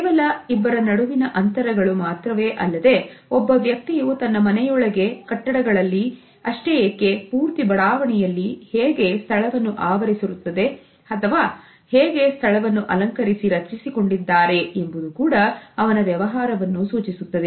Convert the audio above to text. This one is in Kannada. ಕೇವಲ ಇಬ್ಬರ ನಡುವಿನ ಅಂತರಗಳು ಮಾತ್ರವೇ ಅಲ್ಲದೆ ಒಬ್ಬ ವ್ಯಕ್ತಿಯು ತನ್ನ ಮನೆಯೊಳಗೆ ಕಟ್ಟಡಗಳಲ್ಲಿ ಅಷ್ಟೇ ಏಕೆ ಪೂರ್ತಿ ಬಡಾವಣೆಯಲ್ಲಿ ಹೇಗೆ ಸ್ಥಳವನ್ನು ಆವರಿಸಿರುತ್ತದೆ ಅಥವಾ ಹೇಗೆ ಸ್ಥಳವನ್ನು ಅಲಂಕರಿಸಿ ರಚಿಸಿಕೊಂಡಿದ್ದಾರೆ ಎಂಬುದು ಕೂಡ ಅವನ ವ್ಯವಹಾರವನ್ನು ಸೂಚಿಸುತ್ತದೆ